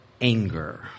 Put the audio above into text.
anger